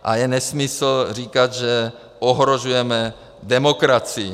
A je nesmysl říkat, že ohrožujeme demokracii.